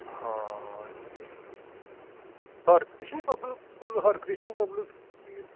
ਹਾਂ Harkrishan public school Harkrishan public school ਵੀ ਹੈ